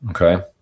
Okay